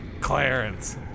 Clarence